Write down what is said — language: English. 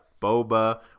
Boba